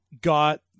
got